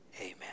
Amen